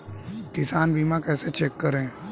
किसान बीमा कैसे चेक करें?